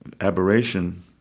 aberration